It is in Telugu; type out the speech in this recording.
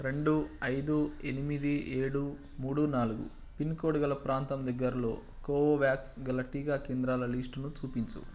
రెండు ఐదు ఎనిమిది ఏడు మూడు నాలుగు పిన్కోడ్ గల ప్రాంతం దగ్గరలో కోవోవ్యాక్స్ గల టీకా కేంద్రాల లిస్టుని చూపించు